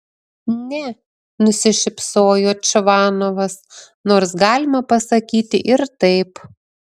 ne nusišypsojo čvanovas nors galima pasakyti ir taip